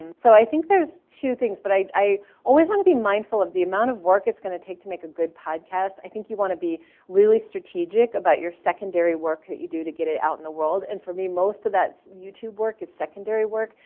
and so i think there's two things, but i i always want to be mindful of the amount of work it's going to take to make a good podcast. i think you want to be really strategic about your secondary work that you do to get it out in the world. and for me, most of that youtube work is secondary work.